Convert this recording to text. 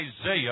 Isaiah